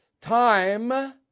Time